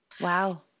Wow